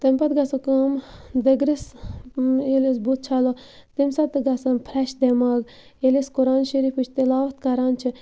تمہِ پَتہٕ گَژھو کٲم دِگرِس ییٚلہِ أسۍ بُتھ چھَلو تمہِ ساتہٕ تہِ گژھان فرٛٮ۪ش دٮ۪ماغ ییٚلہِ أسۍ قرآن شریٖفٕچ تِلاوت کَران چھِ